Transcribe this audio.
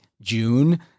June